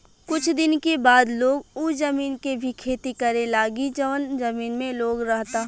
कुछ दिन के बाद लोग उ जमीन के भी खेती करे लागी जवन जमीन में लोग रहता